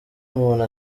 umuntu